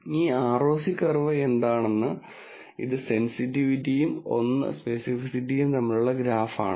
ഈ ROC curve എന്താണെന്നത് ഇത് സെന്സിറ്റിവിറ്റിയും 1 സ്പെസിഫിസിറ്റിയും തമ്മിലുള്ള ഗ്രാഫ് ആണ്